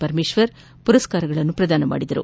ಪರಮೇಶ್ವರ್ ಪುರಸ್ಕಾರ ಪ್ರದಾನ ಮಾಡಿದರು